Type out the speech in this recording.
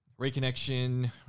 Reconnection